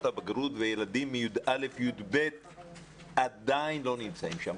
הבגרות וילדים מכיתה י"א ו-י"ב עדיין לא נמצאים שם.